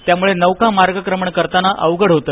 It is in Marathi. त्यामुळे नौका मार्गक्रमण करताना अवघड होत